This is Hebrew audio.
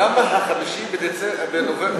למה ה-5 בנובמבר,